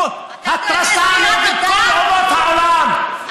הוא התרסה נגד כל אומות העולם,